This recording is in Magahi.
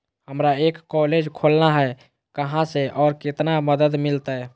हमरा एक कॉलेज खोलना है, कहा से और कितना मदद मिलतैय?